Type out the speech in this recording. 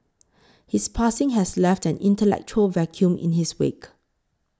his passing has left an intellectual vacuum in his wake